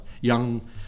young